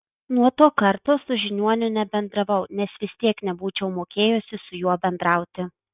nuo to karto su žiniuoniu nebendravau nes vis tiek nebūčiau mokėjusi su juo bendrauti